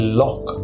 lock